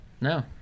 No